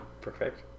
Perfect